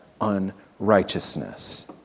unrighteousness